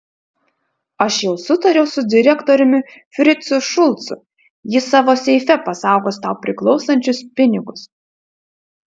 aš jau sutariau su direktoriumi fricu šulcu jis savo seife pasaugos tau priklausančius pinigus